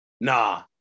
Nah